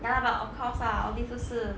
ya lah but of course lah this all these 都是